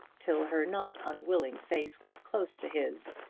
till her not unwilling face was close to his,